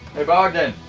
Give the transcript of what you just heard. hey bogdan!